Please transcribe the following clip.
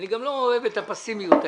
אני גם לא אוהב את הפסימיות היתירה.